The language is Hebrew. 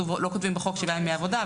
כותבים בחוק שבעה ימי עבודה,